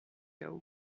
cao